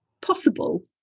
possible